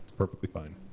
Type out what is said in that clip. perfectly fine.